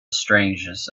strangeness